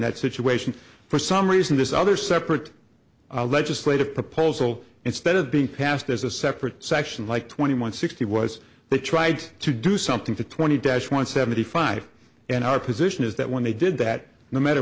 that situation for some reason this other separate legislative proposal instead of being passed as a separate section like twenty one sixty was they tried to do something to twenty dash one seventy five and our position is that when they did that no matter